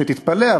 ותתפלא,